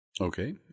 Okay